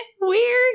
weird